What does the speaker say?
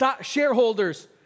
shareholders